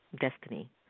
destiny